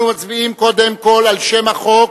אנחנו מצביעים קודם כול על שם החוק.